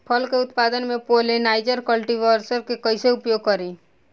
फल के उत्पादन मे पॉलिनाइजर कल्टीवर्स के कइसे प्रयोग करी?